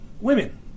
Women